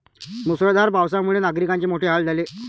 मुसळधार पावसामुळे नागरिकांचे मोठे हाल झाले